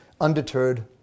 undeterred